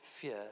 fear